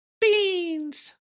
Beans